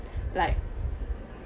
like